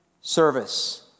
service